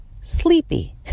sleepy